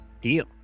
Deal